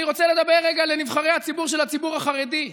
אני רוצה לדבר רגע לנבחרי הציבור של הציבור החרדי: